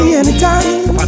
anytime